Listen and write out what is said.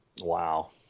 Wow